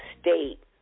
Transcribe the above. State